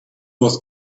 was